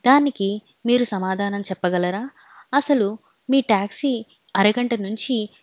దానికి మీరు సమాధానం చెప్పగలరా అసలు మీ ట్యాక్సీ అరగంట నుంచి